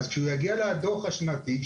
אז כשהוא יגיע לדוח השנתי,